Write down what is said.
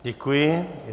Děkuji.